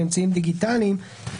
באמצעים דיגיטליים,